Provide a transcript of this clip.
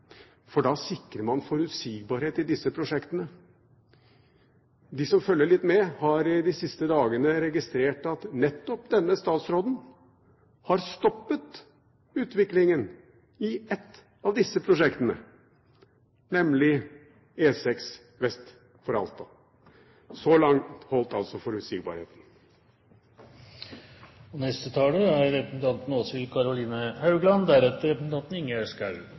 for da sikrer man forutsigbarhet i disse prosjektene. De som følger litt med, har de siste dagene registrert at nettopp denne statsråden har stoppet utviklingen i ett av disse prosjektene, nemlig E6 vest for Alta. Så langt holdt altså forutsigbarheten. De talere som heretter får ordet, har en taletid på inntil 3 minutter. Forskere og